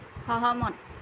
সহমত